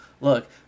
Look